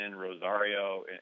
Rosario